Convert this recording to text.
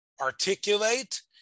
articulate